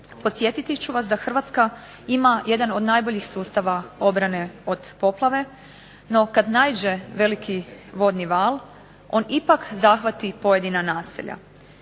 Podsjetiti ću vas da Hrvatska ima jedan od najboljih sustava obrane od poplave, no kad naiđe veliki vodni val, on ipak zahvati pojedina naselja.